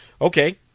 Okay